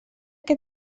que